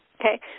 Okay